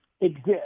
exist